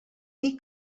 dir